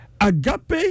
Agape